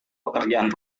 pekerjaan